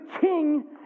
king